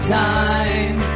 time